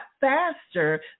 faster